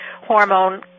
hormone